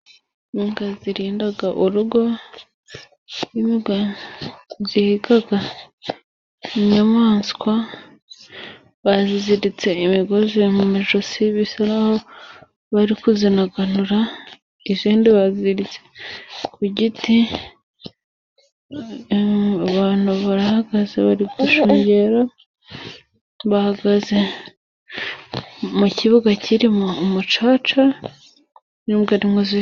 Imbwa zirinda urugo, imbwa zihiga inyamaswa, baziziritse imigozi mu ijosi bisa naho bari kuzinaganura, izindi baziziritse ku giti, abantu barahagaze bari gushungera, bahagaze mu kibuga kirimo umucaca, n'imbwa ni mo ziri.